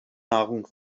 nahrung